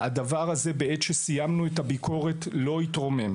הדבר הזה, בעת שסיימנו את הביקורת, לא התקדם.